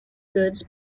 goods